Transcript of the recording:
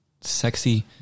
sexy